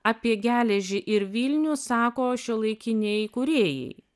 apie geležį ir vilnių sako šiuolaikiniai kūrėjai